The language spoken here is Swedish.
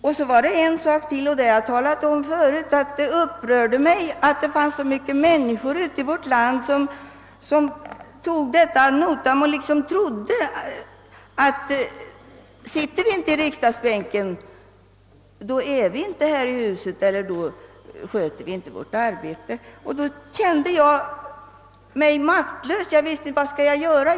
Jag har tidigare sagt att det upprörde mig att det fanns så många människor i vårt land som tog detta ad notam och tydligen trodde, att om vi inte sitter i vår bänk, så befinner vi oss inte i huset och sköter inte vårt arbete. Då kände jag mig maktlös. Jag visste inte vad jag skulle göra.